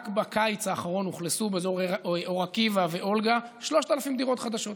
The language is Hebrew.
רק בקיץ האחרון אוכלסו באזור אור עקיבא ואולגה 3,000 דירות חדשות.